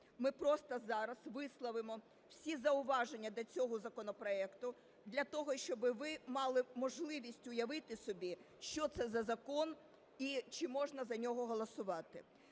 ми просто зараз висловимо всі зауваження до цього законопроекту для того, щоби ви мали можливість уявити собі, що це за закон і чи можна за нього голосувати.